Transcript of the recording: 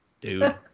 dude